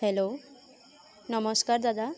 hello নমস্কাৰ দাদা